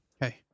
Hey